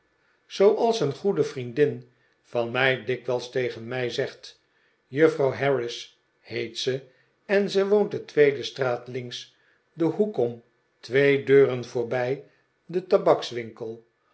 zooals een goede vriendin van mij dikwijls tegen mij zegt juffrouw harris heet ze en ze woont de tweede straat links den hoek om twee deuren voorbij den tabakswinkel